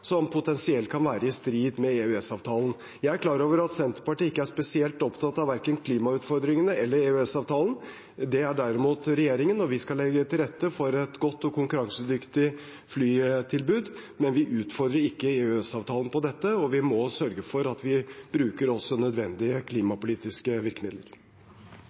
som potensielt kan være i strid med EØS-avtalen. Jeg er klar over at Senterpartiet ikke er spesielt opptatt av verken klimautfordringene eller EØS-avtalen. Det er derimot regjeringen, og vi skal legge til rette for et godt og konkurransedyktig flytilbud. Men vi utfordrer ikke EØS-avtalen på dette, og vi må sørge for at vi også bruker nødvendige klimapolitiske virkemidler.